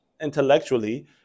intellectually